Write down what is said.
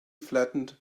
flattened